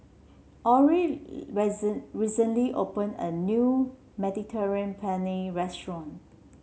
Olie recently opened a new Mediterranean Penne Restaurant